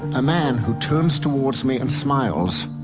a man who turns towards me and smiles,